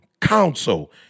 counsel